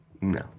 no